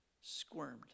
squirmed